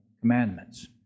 commandments